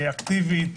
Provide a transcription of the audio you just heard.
אקטיבית,